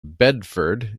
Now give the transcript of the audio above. bedford